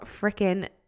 freaking